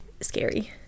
scary